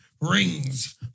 rings